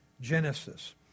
Genesis